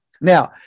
Now